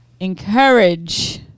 encourage